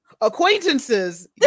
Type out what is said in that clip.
acquaintances